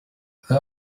they